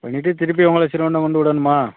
திருப்பி உங்களை ஸ்ரீகொண்டம் வந்து விடணுமா